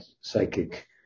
psychic